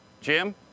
Jim